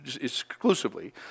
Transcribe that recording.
exclusively